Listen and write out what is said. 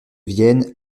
vienne